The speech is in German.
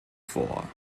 vor